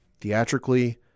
Theatrically